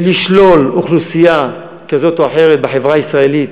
מלשלול אוכלוסייה כזאת או אחרת בחברה הישראלית